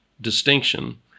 distinction